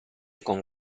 con